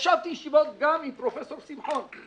ישבתי בישיבות גם עם פרופ' שמחון,